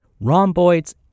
rhomboids